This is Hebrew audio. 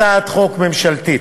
הצעת חוק ממשלתית.